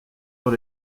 dans